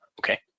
okay